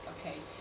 okay